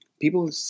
People